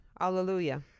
Hallelujah